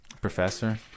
professor